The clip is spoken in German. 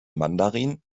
mandarin